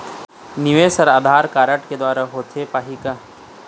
निवेश हर आधार कारड के द्वारा होथे पाही का?